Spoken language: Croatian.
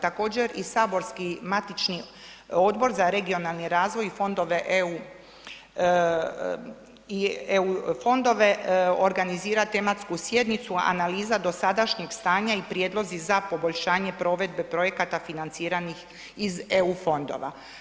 Također i saborski matični Odbor za regionalni razvoj i fondove EU i EU fondove organizirat tematsku sjednicu, analiza dosadašnjeg stanja i prijedlozi za poboljšanje provedbe projekata financiranih iz EU fondova.